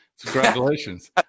congratulations